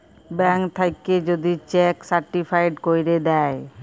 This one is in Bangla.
ব্যাংক থ্যাইকে যদি চ্যাক সার্টিফায়েড ক্যইরে দ্যায়